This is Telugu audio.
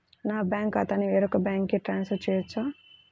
నా బ్యాంక్ ఖాతాని వేరొక బ్యాంక్కి ట్రాన్స్ఫర్ చేయొచ్చా?